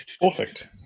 Perfect